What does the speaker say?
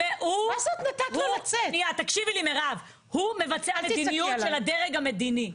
הוא מבצע מדיניות של הדרג המדיני.